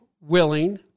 willing